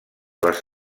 les